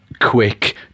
quick